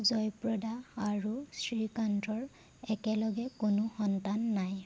জয়প্ৰদা আৰু শ্ৰীকান্তৰ একেলগে কোনো সন্তান নাই